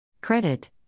Credit